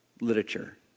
literature